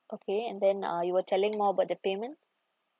okay and then uh you were telling more about the payment